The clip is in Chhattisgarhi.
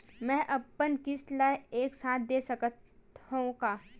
मै अपन किस्त ल एक साथ दे सकत हु का?